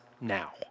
now